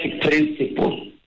principle